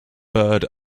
bird